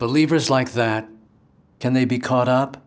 believers like that can they be caught up